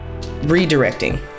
redirecting